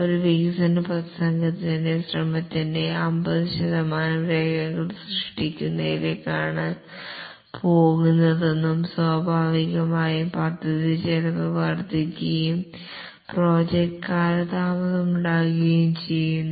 ഒരു വികസന സംഘത്തിന്റെ ശ്രമത്തിന്റെ 50 ശതമാനം രേഖകൾ സൃഷ്ടിക്കുന്നതിലേക്കാണ് പോകുന്നതെന്നും സ്വാഭാവികമായും പദ്ധതി ചെലവ് വർദ്ധിക്കുകയും പ്രോജക്റ്റ് കാലതാമസമുണ്ടാകുകയും ചെയ്യുന്നു